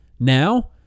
now